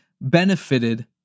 benefited